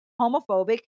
homophobic